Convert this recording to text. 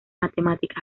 matemáticas